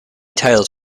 titles